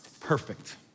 perfect